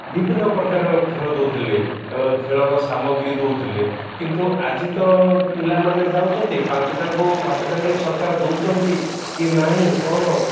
ବିଭିନ୍ନ ପ୍ରକାର ଖେଳ ଦଉଥିଲେ ଖେଳର ସାମଗ୍ରୀ ଦଉଥିଲେ କିନ୍ତୁ ଆଜି ତ ପିଲାମାନେ ଯାଉଛନ୍ତି ପାଞ୍ଚଟାକୁ ଭାତ ଡାଲି ସରକାର ଦଉଛନ୍ତି କି ନାହିଁ କ'ଣ